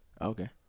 Okay